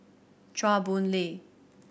Chua Boon Lay